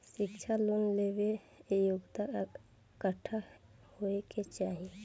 शिक्षा लोन लेवेला योग्यता कट्ठा होए के चाहीं?